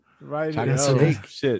right